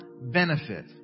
benefit